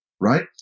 Right